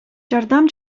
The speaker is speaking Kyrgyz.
жардам